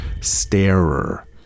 starer